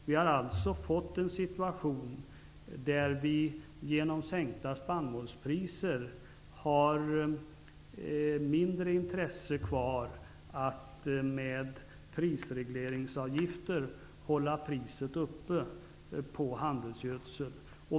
Vi har fått en situation där vi genom sänkta spannmålspriser har fått mindre intresse av att med prisregleringsavgifter hålla priset uppe på handelsgödsel.